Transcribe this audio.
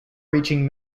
reaching